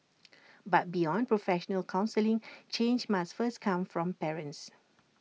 but beyond professional counselling change must first come from parents